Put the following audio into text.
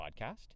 podcast